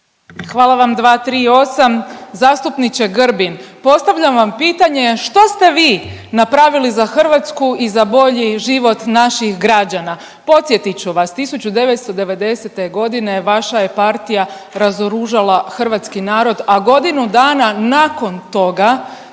Hvala vam. 238. zastupniče Grbin postavljam vam pitanje što ste vi napravili za Hrvatsku i za bolji život naših građana? Podsjetit ću vas. 1990. godine vaša je partija razoružala hrvatski narod, a godinu dana nakon toga